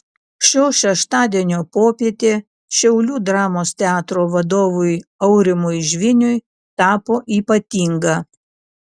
šio šeštadienio popietė šiaulių dramos teatro vadovui aurimui žviniui tapo ypatinga